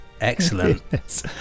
Excellent